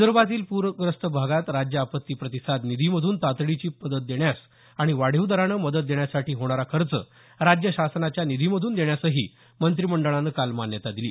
विदर्भातील पूरग्रस्त भागात राज्य आपत्ती प्रतिसाद निधीमधून तातडीची मदत देण्यास आणि वाढीव दराने मदत देण्यासाठी होणारा खर्च राज्य शासनाच्या निधीमधून देण्यासही मंत्रिमंडळानं काल मान्यता दिली